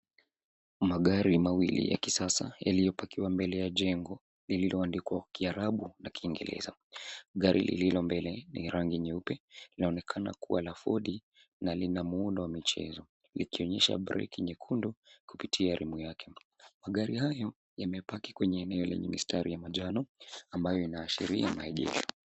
Magiri mawili ya kisasa yaliyopakiwa yaliyopakiwa mbele ya jengo liloadikwa kwa kiarabu na kiingereza. Gari lililombele ni rangi nyeupe inaonekana kuwa ya fordi na inamuhundo wa michezo likionyesha breki nyekundu kupitia [rim] yake. Magari hayo yamepaki kwenye mistari ya manjano ambayo inaashiria maegesho.